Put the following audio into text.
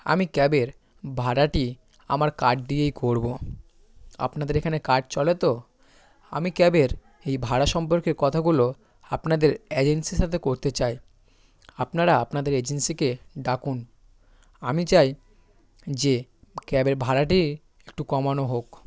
আমি ক্যাবের ভাড়াটি আমার কার্ড দিয়েই করব আপনাদের এখানে কার্ড চলে তো আমি ক্যাবের এই ভাড়া সম্পর্কে কথাগুলো আপনাদের এজেন্সির সাথে করতে চাই আপনারা আপনাদের এজেন্সিকে ডাকুন আমি চাই যে ক্যাবের ভাড়াটি একটু কমানো হোক